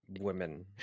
women